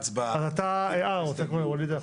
אז גם היא ירדה.